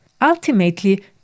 Ultimately